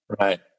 right